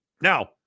Now